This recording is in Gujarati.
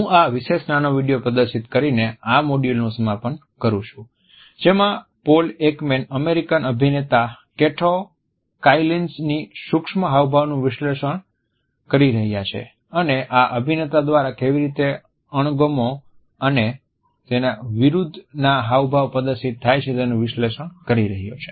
હું આ વિશેષ નાનો વિડિયો પ્રદર્શિત કરીને આ મોડ્યુલનું સમાપન કરું છું જેમાં પૌલ એકમેન અમેરિકન અભિનેતા કેટો કાઈલિન્સ ની સૂક્ષ્મ હાવભાવનું વિશ્લેષણ કરી રહ્યા છે અને આ અભિનેતા દ્વારા કેવી રીતે અણગમો અને તેના વિરુદ્ધના હાવભાવ પ્રદર્શિત થાય છે તેનું વિશ્લેષણ કરી રહ્યા છે